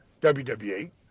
WWE